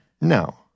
no